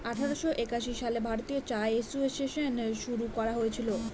আঠারোশো একাশি সালে ভারতীয় চা এসোসিয়েসন শুরু করা হয়েছিল